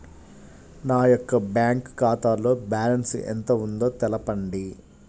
నా యొక్క బ్యాంక్ ఖాతాలో బ్యాలెన్స్ ఎంత ఉందో తెలపండి?